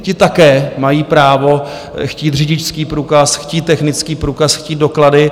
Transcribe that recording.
Ti také mají právo chtít řidičský průkaz, chtít technický průkaz, chtít doklady.